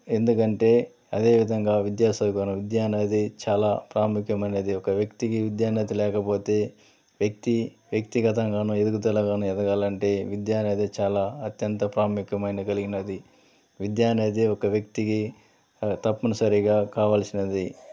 ఎందుకంటే అదే విధంగా విద్య సౌకర్యం విద్య అనేది చాలా ప్రాముఖ్యమైనది ఒక వ్యక్తికి విద్య అనేది లేకపోతే వ్యక్తి వ్యక్తిగతంగాను ఎదుగుదలగాను ఎదగాలంటే విద్య అనేది చాలా అత్యంత ప్రాముఖ్యమైనగలిగినది విద్య అనేది ఒక వ్యక్తికి తప్పనిసరిగా కావలసినది